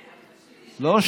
לא,